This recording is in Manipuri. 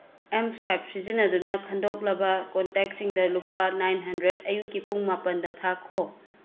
ꯑꯦꯝ ꯁ꯭ꯋꯥꯏꯞ ꯁꯤꯖꯤꯟꯅꯗꯨꯅ ꯈꯟꯗꯣꯛꯂꯕ ꯀꯣꯟꯇꯦꯛꯁꯤꯡꯗ ꯂꯨꯄꯥ ꯅꯥꯏꯟ ꯍꯟꯗ꯭ꯔꯦꯠ ꯑꯌꯨꯛꯀꯤ ꯄꯨꯡ ꯃꯄꯥꯟꯗ ꯊꯥꯈꯣ